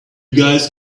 guys